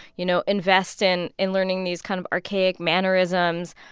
you know, invest in in learning these kind of archaic mannerisms,